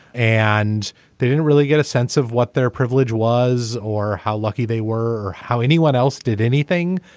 and they didn't really get a sense of what their privilege was or how lucky they were or how anyone else did anything.